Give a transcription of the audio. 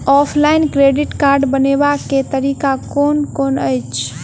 Offline credit card बनाबै केँ तरीका केँ कुन अछि?